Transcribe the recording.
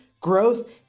growth